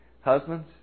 Husbands